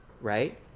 right